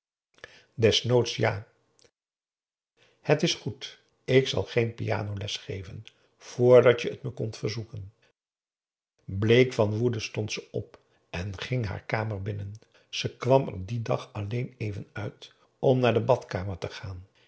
desnoods ja het is goed ik zal geen piano-les geven vrdat je t me komt verzoeken bleek van woede stond ze op en ging haar kamer binnen ze kwam er dien dag alleen even uit om naar de badkamer te gaan